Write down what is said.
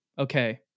okay